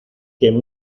quien